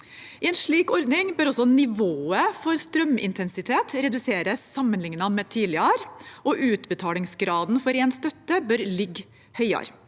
I en slik ordning bør også nivået for strømintensitet reduseres sammenlignet med tidligere, og utbetalingsgraden for ren støtte bør ligge høyere.